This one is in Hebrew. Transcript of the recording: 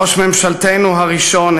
ראש ממשלתנו הראשון,